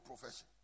profession